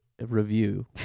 review